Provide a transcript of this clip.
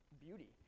beauty